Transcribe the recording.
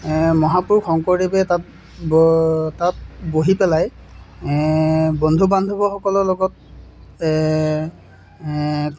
মহাপুৰুষ শংকৰদেৱে তাত তাত বহি পেলাই বন্ধু বান্ধৱসকলৰ লগত